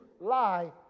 lie